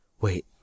wait